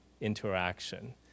interaction